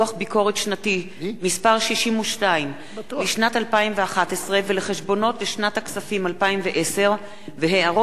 דוח ביקורת שנתי מס' 62 לשנת 2011 ולחשבונות שנת הכספים 2010 והערות